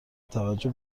توجه